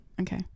Okay